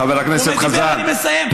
חבר הכנסת חזן, אני מסיים.